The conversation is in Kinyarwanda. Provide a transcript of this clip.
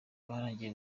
abarangije